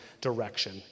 direction